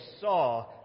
saw